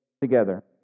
together